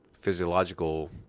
physiological